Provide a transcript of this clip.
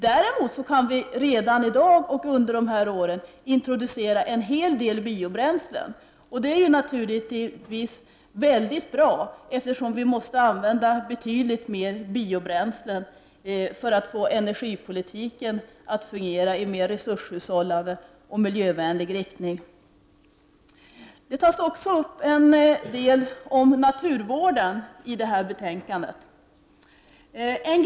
Däremot kan vi redan i dag och under de här åren introducera en hel del biobränslen. Detta är naturligtvis mycket bra eftersom vi måste använda betydligt mer av biobränslen för att få energipolitiken att fungera i en mer resurshushållande och miljövänlig riktning. Betänkandet tar också upp en del frågor som rör naturvården.